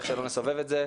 איך שלא נסובב את זה.